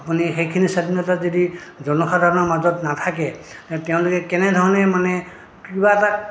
আপুনি সেইখিনি স্বাধীনতা যদি জনসাধাৰণৰ মাজত নাথাকে তেওঁলোকে কেনেধৰণে মানে কিবা এটা